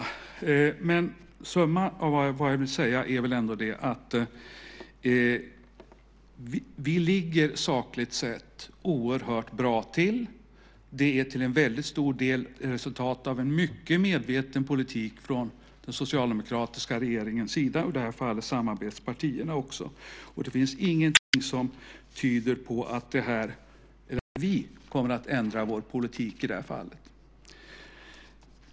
Men summan av vad jag vill säga är väl att vi sakligt sett ligger oerhört bra till. Det är till en väldigt stor del resultatet av en mycket medveten politik från den socialdemokratiska regeringens sida, och i det här fallet samarbetspartierna också, och det finns ingenting som tyder på att vi kommer att ändra vår politik i det här fallet.